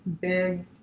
big